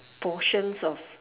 portions of